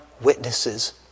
witnesses